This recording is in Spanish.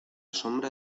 sombra